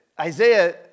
Isaiah